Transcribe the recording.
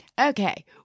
Okay